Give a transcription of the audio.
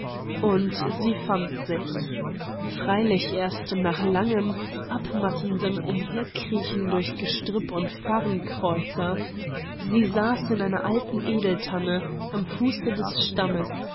und sie fand sich freilich erst nach langem abmattendem umherkriechen durch gestrüpp und farrenkräuter sie saß in einer alten edeltanne am fuße des stammes